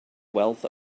wealth